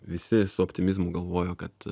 visi su optimizmu galvojo kad